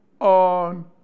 on